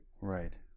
Right